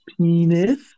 Penis